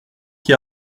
qui